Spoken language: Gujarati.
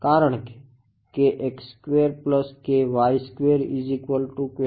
કારણકે